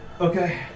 Okay